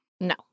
No